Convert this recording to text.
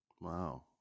Wow